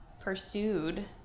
pursued